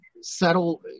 settle